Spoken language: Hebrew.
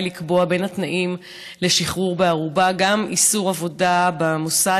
לקבוע בין התנאים לשחרור בערובה גם איסור עבודה במוסד